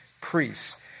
priests